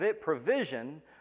provision